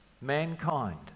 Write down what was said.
mankind